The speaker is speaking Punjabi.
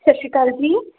ਸਤਿ ਸ਼੍ਰੀ ਅਕਾਲ ਜੀ